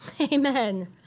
Amen